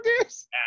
games